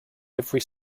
every